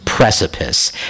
Precipice